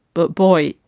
but, boy,